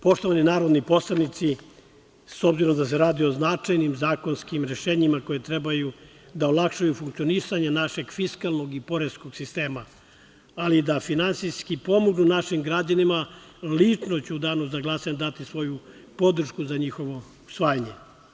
Poštovani narodni poslanici, s obzirom da se radi o značajnim zakonskim rešenjima, koji treba da olakšaju funkcionisanje našeg fiskalnog i poreskog sistema, ali i da finansijski pomognu našim građanima, lično ću u danu za glasanje dati svoju podršku za njihovo usvajanje.